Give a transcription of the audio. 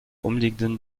umliegenden